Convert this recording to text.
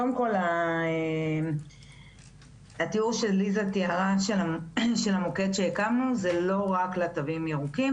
קודם כל התיאור שליזה תיארה של המוקד שהקמנו זה לא רק לתוים ירוקים,